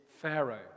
Pharaoh